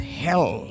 hell